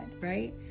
right